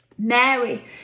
Mary